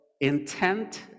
intent